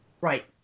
Right